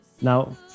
now